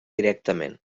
directament